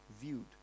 viewed